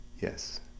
Yes